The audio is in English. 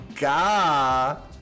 god